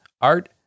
art